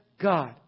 God